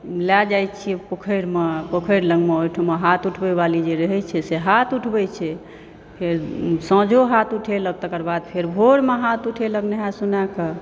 लय जैत छियै पोखरिमऽ पोखरि लगमऽ ओहिठुमा हाथ उठबै बाली जे रहैत छै से हाथ उठबैत छै फेर साँझो हाथ उठेलक तकर बाद फेर भोरमऽ हाथ उठेलक नहाय सोनैकऽ